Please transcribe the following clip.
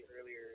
earlier